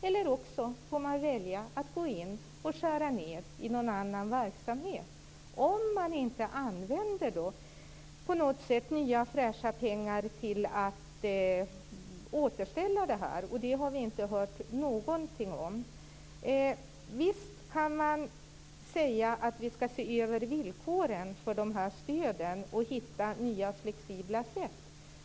Annars får man välja att gå in och skära ned i någon annan verksamhet - om man inte använder nya, fräscha pengar till att återställa det här. Det har vi inte hört någonting om. Visst kan man säga att vi skall se över villkoren för stöden och hitta nya, flexibla sätt.